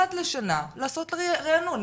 אחת לשנה לעשות ריענון.